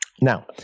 Now